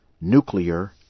nuclear